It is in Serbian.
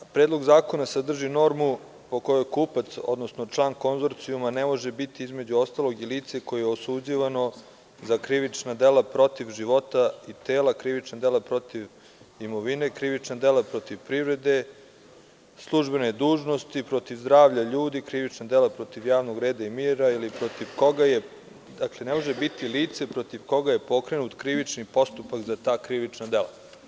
Predlog zakona sadrži normu po kojoj kupac, odnosno član konzorcijuma ne može biti, između ostalog, i lice koje je osuđivano za krivična dela protiv života i tela, krivična dela protiv imovine, krivična dela protiv privrede, službene dužnosti, protiv zdravlja ljudi, krivična dela protiv javnog reda i mira, dakle, ne može biti lice protiv koga je pokrenut krivični postupak za ta krivična dela.